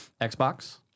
Xbox